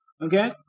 Okay